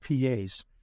PAs